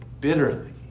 bitterly